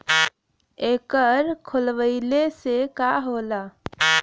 एकर खोलवाइले से का होला?